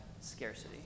scarcity